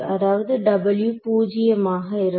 அதாவது W பூஜ்யமாக இருக்கும்